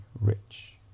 rich